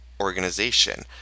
organization